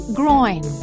groin